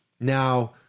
Now